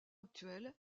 actuel